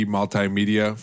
Multimedia